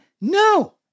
no